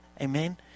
Amen